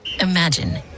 Imagine